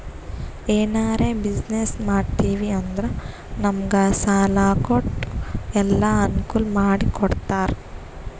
ಎನಾರೇ ಬಿಸಿನ್ನೆಸ್ ಮಾಡ್ತಿವಿ ಅಂದುರ್ ನಮುಗ್ ಸಾಲಾ ಕೊಟ್ಟು ಎಲ್ಲಾ ಅನ್ಕೂಲ್ ಮಾಡಿ ಕೊಡ್ತಾರ್